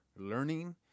learning